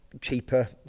cheaper